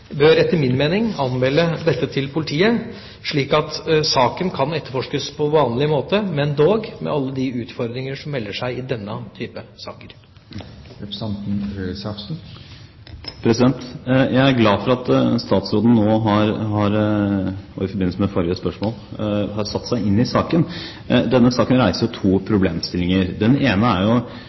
bør etter min mening anmelde dette til politiet, slik at saken kan etterforskes på vanlig måte, dog med alle de utfordringer som melder seg i denne typen saker. Jeg er glad for at statsråden nå, også i forbindelse med tidligere spørsmål, har satt seg inn i saken. Denne saken reiser to problemstillinger. Det er